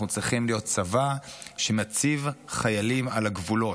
צריכים להיות צבא שמציב חיילים על הגבולות,